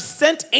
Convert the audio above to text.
sent